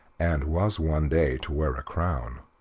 and was one day to wear a crown,